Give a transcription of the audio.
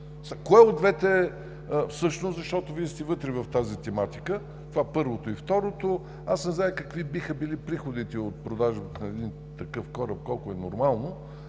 Кое от двете всъщност, защото Вие сте вътре в тази тематика? Това е първото. И второто, аз не зная какви биха били приходите от продажбата на един такъв кораб, колко е нормално,